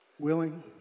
willing